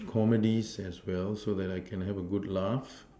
comedies as well so that I can have a good laugh